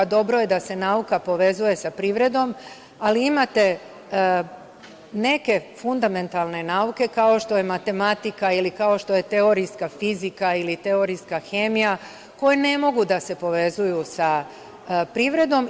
Dobro je da se nauka povezuje sa privredom, ali imate neke fundamentalne nauke, kao što je matematika ili kao što je teorijska fizika ili teorijska hemija, koje ne mogu da se povezuju sa privredom.